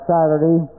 Saturday